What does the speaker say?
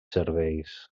serveis